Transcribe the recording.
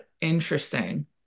Interesting